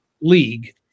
league